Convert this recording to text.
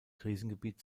krisengebiet